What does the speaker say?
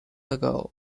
ago